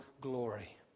glory